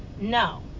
No